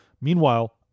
Meanwhile